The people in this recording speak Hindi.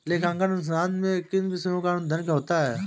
लेखांकन अनुसंधान में किन विषयों का अध्ययन होता है?